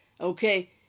okay